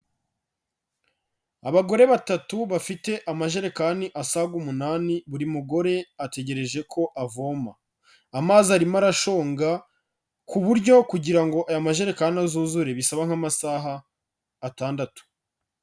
Abagore batatu bafite amajerekani asaga umunani, buri mugore ategereje ko avoma. Amazi arimo arashonga ku buryo kugira ngo aya majerekani azuzure, bisaba nk'amasaha atandatu.